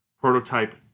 prototype